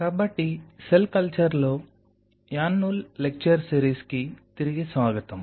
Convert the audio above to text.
కాబట్టి cell culture లో యన్నుల్ లెక్చర్ సిరీస్ కి తిరిగి స్వాగతం